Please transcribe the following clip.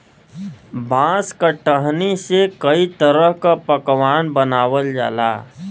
बांस क टहनी से कई तरह क पकवान बनावल जाला